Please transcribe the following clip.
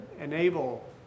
enable